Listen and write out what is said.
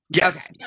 yes